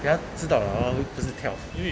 给他知道了 hor 他会不是跳